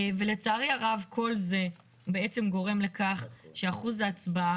ולצערי הרב כל זה גורם לכך שאחוז ההצבעה